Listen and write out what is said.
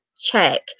check